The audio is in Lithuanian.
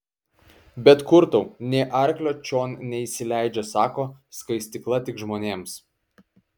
bet kur tau nė arklio čion neįsileidžia sako skaistykla tik žmonėms